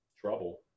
trouble